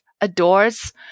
adores